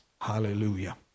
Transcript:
Hallelujah